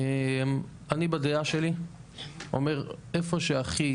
אני בדיעה שלי אומר איפה שהכי